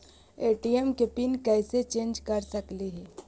ATM के pin कैसे change कर सकली ही?